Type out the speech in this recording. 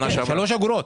שלוש אגורות.